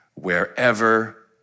wherever